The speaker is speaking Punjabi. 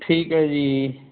ਠੀਕ ਹੈ ਜੀ